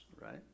right